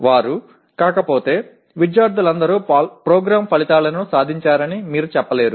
వారు కాకపోతే విద్యార్థులందరూ ప్రోగ్రామ్ ఫలితాలను సాధించారని మీరు చెప్పలేరు